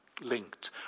linked